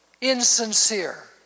insincere